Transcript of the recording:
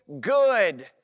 good